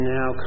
now